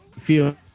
feel